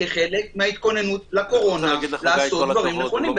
כחלק מההתכוננות לקורונה לעשות דברים נכונים.